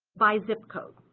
by zip code.